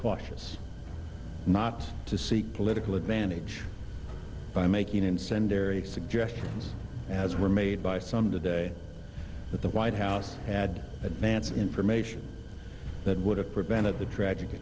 cautious not to seek political advantage by making incendiary suggestions as were made by some today that the white house had advance information that would have prevented the trag